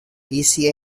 easy